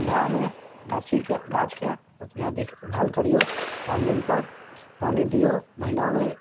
ठण्डामे गाछीके गाछके बढ़िआँ देखभाल करिऔ पाँच दिनपर पानी दिऔ महिनामे